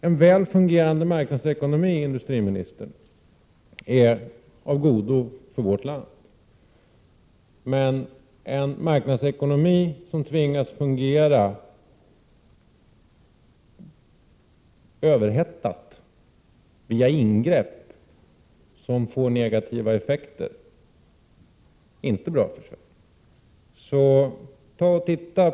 En väl fungerande marknadsekonomi, industriministern, är av godo för vårt land, men när marknadsekonomin tvingas fungera överhettad via ingrepp som får negativa effekter är det inte bra för Sverige.